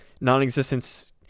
Non-existence